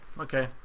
Okay